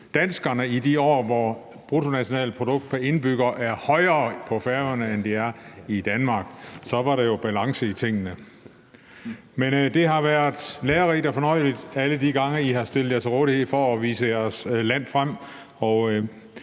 danskerne i de år, hvor bruttonationalproduktet pr. indbygger er højere på Færøerne, end det er i Danmark; så var der jo balance i tingene. Men det har været lærerigt og fornøjeligt alle de gange, hvor I har stillet jer til rådighed for at vise jeres land frem.